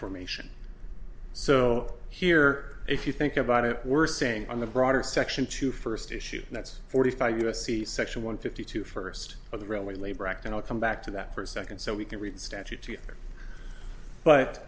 formation so here if you think about it we're saying on the broader section two first issue that's forty five u s c section one fifty two first of the railway labor act and i'll come back to that for a second so we can read statute to you but